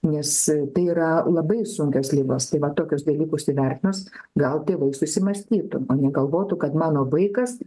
nes tai yra labai sunkios ligos tai va tokius dalykus įvertinus gal tėvai susimąstytų o ne galvotų kad mano vaikas